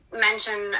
mention